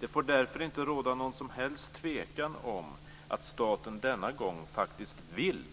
Det får därför inte råda någon som helst tvekan om att staten denna gång faktiskt vill